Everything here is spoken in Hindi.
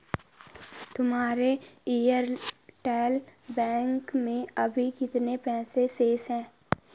तुम्हारे एयरटेल बैंक में अभी कितने पैसे शेष हैं?